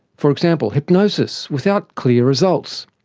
for example, hypnosis, without clear results.